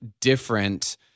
different